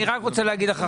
אני רק רוצה להגיד לך,